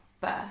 birth